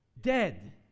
dead